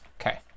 Okay